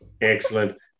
Excellent